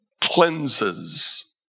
cleanses